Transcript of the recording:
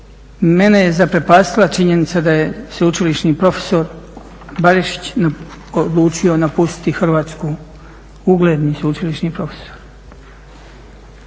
Mene je zaprepastila činjenica da je sveučilišni profesor Barišić odlučio napustiti Hrvatsku, ugledni sveučilišni profesor.